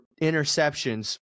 interceptions